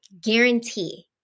guarantee